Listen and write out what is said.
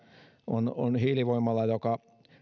on on hiilivoimala joka